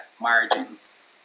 margins